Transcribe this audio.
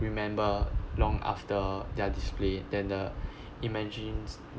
remember long after their display than the imagines